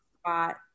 spot